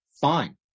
fine